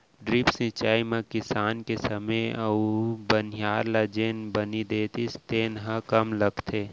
drip सिंचई म किसान के समे अउ बनिहार ल जेन बनी देतिस तेन ह कम लगथे